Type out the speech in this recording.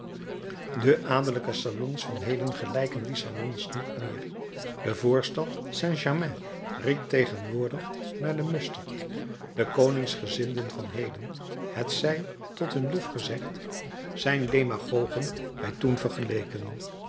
de adellijke salons van heden gelijken die salons niet meer de voorstad saint-germain riekt tegenwoordig naar den mutserd de koningsgezinden van heden het zij tot hun lof gezegd zijn demagogen bij toen vergeleken